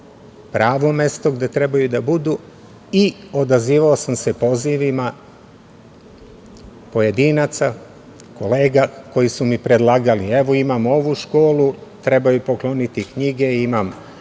pravo mesto gde treba da budu i odazivao sam se pozivima pojedinaca, kolega koji su mi predlagali – evo, imam ovu školu, treba joj pokloniti knjige, imam